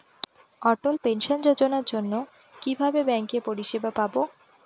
অটল pension যোজনার জন্য কিভাবে ব্যাঙ্কে পরিষেবা পাবো?